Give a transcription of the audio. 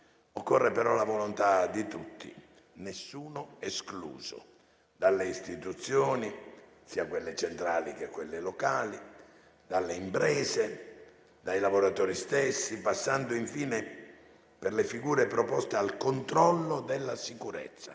Occorre però la volontà di tutti, nessuno escluso, dalle istituzioni, centrali e locali, e dalle imprese ai lavoratori stessi, passando infine per le figure preposte al controllo della sicurezza: